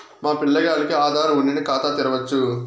మా పిల్లగాల్లకి ఆదారు వుండిన ఖాతా తెరవచ్చు